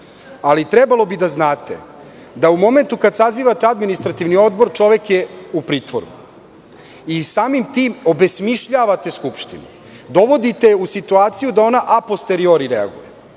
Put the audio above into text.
Ali, trebalo bi da znate da u momentu kada sazivate Administrativni odbor čovek je u pritvoru. Samim tim obesmišljavate Skupštinu, dovodite je u situaciju da ona a posteriori reaguje.